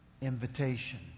invitation